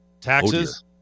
taxes